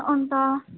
अन्त